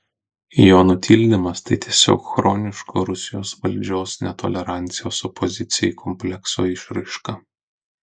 jo nutildymas tai tiesiog chroniško rusijos valdžios netolerancijos opozicijai komplekso išraiška